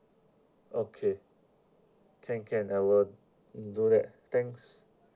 okay can can I will do that thanks